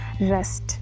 rest